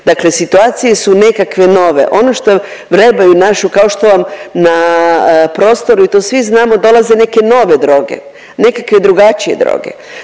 Dakle situacije su nekakve nove. Ono što vrebaju našu kao što vam na prostoru i to svi znamo dolaze neke nove droge, nekakve drugačije droge,